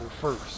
first